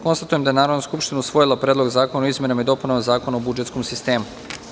Konstatujem da je Narodna skupština usvojila Predlog zakona o izmenama i dopunama Zakona o budžetskom sistemu.